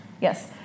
Yes